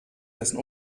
dessen